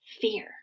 fear